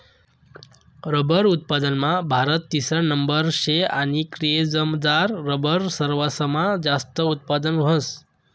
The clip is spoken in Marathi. रबर उत्पादनमा भारत तिसरा नंबरवर शे आणि केरयमझार रबरनं सरवासमा जास्त उत्पादन व्हस